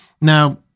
Now